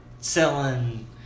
selling